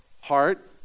heart